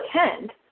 attend